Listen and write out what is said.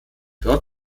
dort